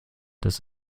das